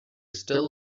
still